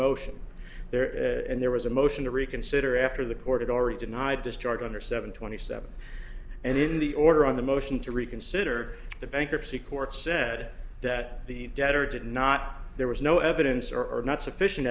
motion there and there was a motion to reconsider after the court had already denied discharge under seven twenty seven and in the order on the motion to reconsider the bankruptcy court said that the debtor did not there was no evidence or not sufficient